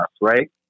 right